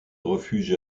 refuge